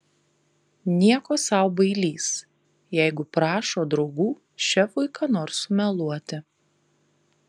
nieko sau bailys jeigu prašo draugų šefui ką nors sumeluoti